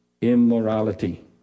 immorality